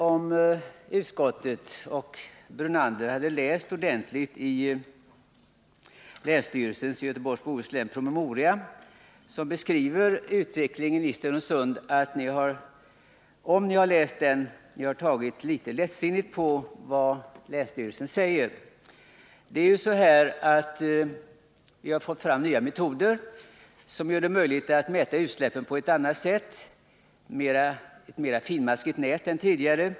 Om utskottsledamöterna och Lennart Brunander har läst ordentligt i Göteborgs och Bohus läns länsstyrelses promemoria, som beskriver utvecklingen i Stenungsund, tycker jag att de har tagit litet lättsinnigt på det hela. Vi har ju fått fram nya metoder som gör det möjligt att mäta utsläppen på ett annat sätt. Det är ett mera finmaskigt nät än tidigare.